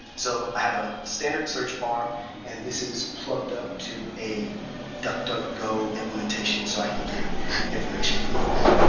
so i have a standard search bar and this is plugged up to a doc doc go implementation so i can get information from the web.